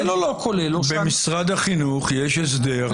במשרד החינוך יש הסדר,